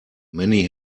many